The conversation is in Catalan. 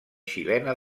xilena